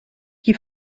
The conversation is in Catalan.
qui